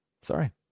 Sorry